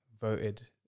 voted